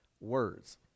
Words